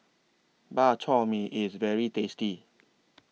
Bak Chor Mee IS very tasty